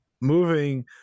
moving